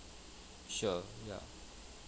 sure ya